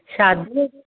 शादीअ जे